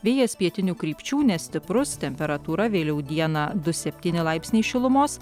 vėjas pietinių krypčių nestiprus temperatūra vėliau dieną du septyni laipsniai šilumos